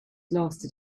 lasted